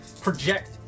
project